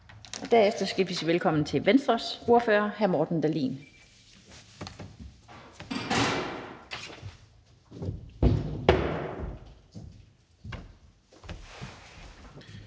Herefter skal vi sige velkommen til Venstres ordfører hr. Morten Dahlin.